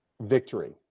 victory